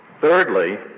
Thirdly